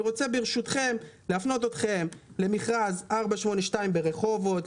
אני רוצה להפנות אתכם למכרז 482 ברחובות,